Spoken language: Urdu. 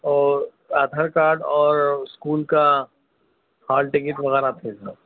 اور آدھار کارڈ اور اسکول کا ہال ٹکٹ وغیرہ تھے سر